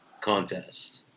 contest